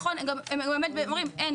הם אומרים 'אין,